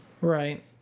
Right